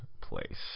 place